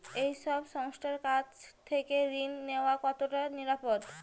এই সব সংস্থার কাছ থেকে ঋণ নেওয়া কতটা নিরাপদ?